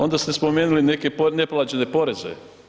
Onda ste spomenuli neke neplaćene poreze.